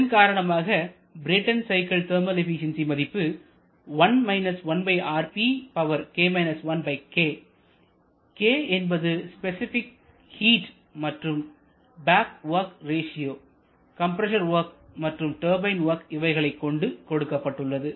இதன் காரணமாக Brayton cycle thermal efficiency மதிப்பு k என்பது ஸ்பெசிபிக் ஹீட் மற்றும் back work ratio compressor work மற்றும் டர்பைன் வொர்க் இவைகளைக் கொண்டு கொடுக்கப்பட்டுள்ளது